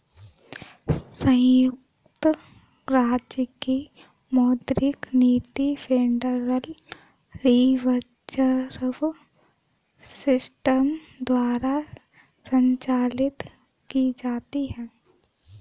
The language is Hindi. संयुक्त राज्य की मौद्रिक नीति फेडरल रिजर्व सिस्टम द्वारा संचालित की जाती है